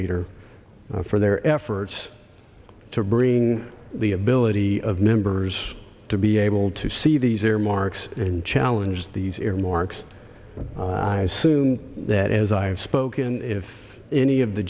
leader for their efforts to bring the ability of members to be able to see these earmarks and challenge these earmarks i assume that as i have spoken if any of the